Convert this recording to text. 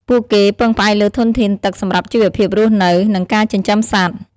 ពួកគេពឹងផ្អែកលើធនធានទឹកសម្រាប់ជីវភាពរស់នៅ និងការចិញ្ចឹមសត្វ។